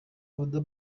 oda